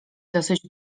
dosyć